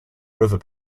river